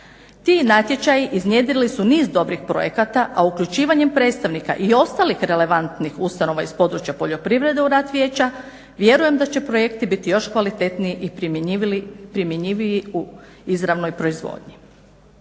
Ti natječaji iznjedrili su niz dobrih projekata a uključivanjem predstavnika i ostalih relevantnih ustanova iz područja poljoprivrede u rad vijeća vjerujem da će projekti biti još kvalitetniji i primjenjiviji u izravnoj proizvodnji.